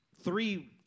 three